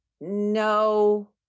No